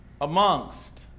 amongst